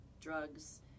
drugs